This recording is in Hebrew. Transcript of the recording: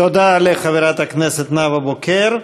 תודה לחברת הכנסת נאוה בוקר.